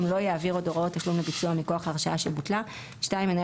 לא יעביר עוד הוראות תשלום לביצוע מכוח ההרשאה שבוטלה; מנהל